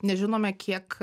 nežinome kiek